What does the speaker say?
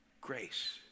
grace